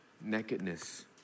nakedness